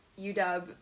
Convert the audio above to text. UW